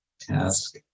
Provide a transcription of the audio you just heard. task